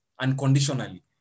unconditionally